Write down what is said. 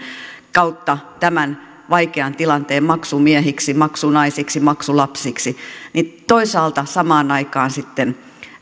kautta tämän vaikean tilanteen maksumiehiksi maksunaisiksi maksulapsiksi ja toisaalta samaan aikaan sitten